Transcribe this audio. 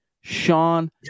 Sean